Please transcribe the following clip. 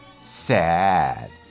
sad